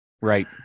Right